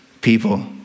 people